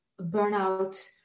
burnout